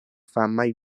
famaj